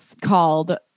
called